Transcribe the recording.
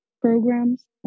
programs